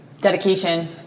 Dedication